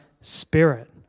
Spirit